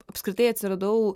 apskritai atsiradau